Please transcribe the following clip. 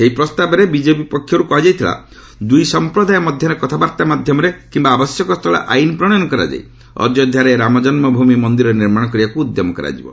ସେହି ପ୍ରସ୍ତାବରେ ବିଜେପି ପକ୍ଷରୁ କୁହାଯାଇଥିଲା ଦୁଇ ସମ୍ପଦାୟ ମଧ୍ୟରେ କଥାବାର୍ତ୍ତା ମାଧ୍ୟମରେ କିମ୍ବା ଆବଶ୍ୟକ ସ୍ଥୁଳେ ଆଇନ୍ ପ୍ରଣୟନ କରାଯାଇ ଅଯୋଧ୍ୟାରେ ରାମଜନୁଭୂମି ମନ୍ଦିର ନିର୍ମାଣ କରିବାକୁ ଉଦ୍ୟମ କରାଯିବ